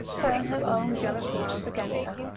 turn her own jealous wiles against her,